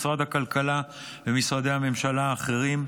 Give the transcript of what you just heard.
משרד הכלכלה ומשרדי הממשלה האחרים.